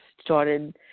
started